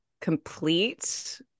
complete